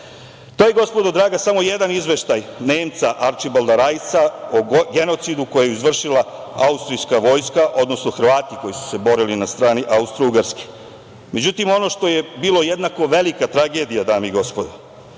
je, gospodo draga, samo je jedan izveštaj Nemca Arčibalda Rajsa o genocidu koji je izvršila austrijska vojska, odnosno Hrvati koji su se borili na strani Austrougarske.Međutim, ono što je bila jednako velika tragedija, dame i gospodo,